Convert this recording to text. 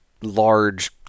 large